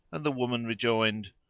and the woman rejoined,